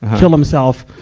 killed himself,